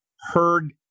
heard